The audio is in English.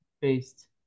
based